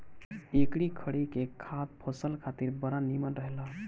एकरी खरी के खाद फसल खातिर बड़ा निमन रहेला